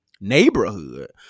neighborhood